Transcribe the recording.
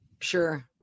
Sure